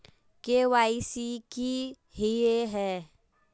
KYC की हिये है?